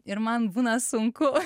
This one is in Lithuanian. ir man būna sunku